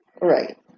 Right